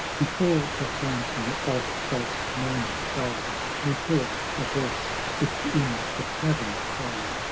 before the phantom of false morning died, methought a voice within the tavern cried,